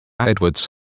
Edwards